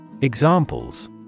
Examples